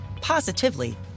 positively